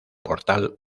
portal